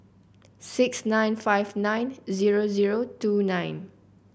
six nine five nine zero zero two nine